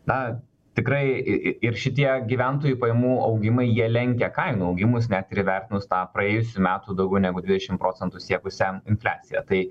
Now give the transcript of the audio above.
na tikrai ir šitie gyventojų pajamų augimai jie lenkia kainų augimus net ir įvertinus tą praėjusių metų daugiau negu dvidešim procentų siekusią infliaciją tai